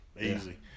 easy